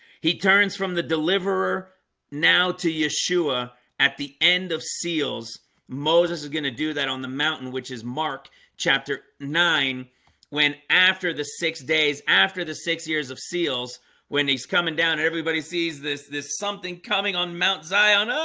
he turns from the deliverer now to yeshua at the end of seals moses is going to do that on the mountain, which is mark chapter nine when after the six days after the six years of seals when he's coming down and everybody sees this there's something coming on mount zion, ah,